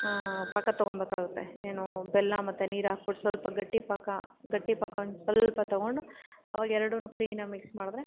ಹಾಂ ಪಾಕ ತಗೊಳ್ಬೇಕಾಗುತ್ತೆ ಏನೂ ಬೆಲ್ಲ ಮತ್ತೆ ನೀರು ಹಾಕ್ಬಿಟ್ಟು ಸ್ವಲ್ಪ ಗಟ್ಟಿ ಪಾಕ ಗಟ್ಟಿ ಪಾಕ ಒಂದ್ಸಲ್ಪ ತಗೊಂಡು ಆವಾಗ ಎರಡೂ ಕ್ಲೀನಾಗಿ ಮಿಕ್ಸ್ ಮಾಡಿದ್ರೆ